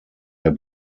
der